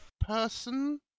Person